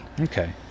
okay